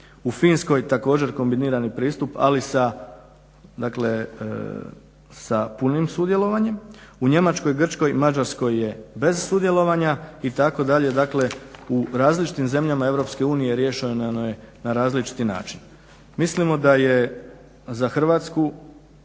u Finskoj također kombinirani pristup, ali sa punim sudjelovanjem. U Njemačkoj, Grčkoj i Mađarskoj je bez sudjelovanja itd. Dakle, u različitim Europske unije riješeno je na različiti način. Mislimo da je za Hrvatsku